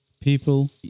people